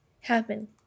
happen